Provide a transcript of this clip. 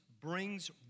brings